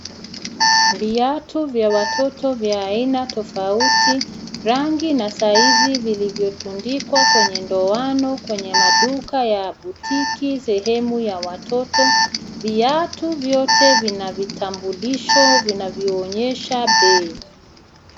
Viatu vya watoto vya aina tofauti, rangi na size vilivyotundikwa kwenye nduano kwenye maduka ya boutique sehemu ya watoto. Viatu vyote vina vitambulisho, vinavyoonyesha bei.